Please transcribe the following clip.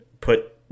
put